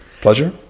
Pleasure